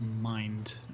mind